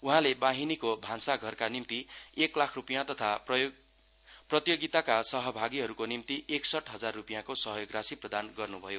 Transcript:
उहाँले वाहिनीको भान्साधरका निम्ति एक लाख रूपियाँ तथा प्रतियोगिताका सहभागीहरूको निम्ति एक्सट हजार रूपियाँको सहयोग राशि प्रदान गर्न्भयो